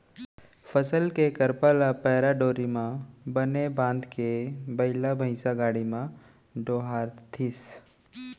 फसल के करपा ल पैरा डोरी म बने बांधके बइला भइसा गाड़ी म डोहारतिस